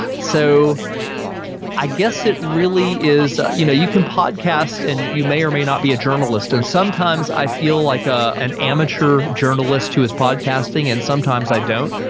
so i guess it really is you know you can podcast and you may or may not be a journalist, and sometimes i feel like ah an amateur journalist too with podcasting and sometimes i don't.